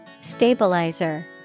Stabilizer